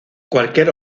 cualquier